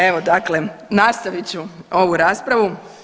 Evo dakle nastavit ću ovu raspravu.